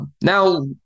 Now